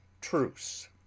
Truce